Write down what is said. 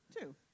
Two